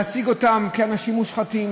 להציג אותם כאנשים מושחתים,